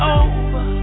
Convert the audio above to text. over